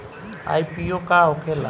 IPO का होखेला?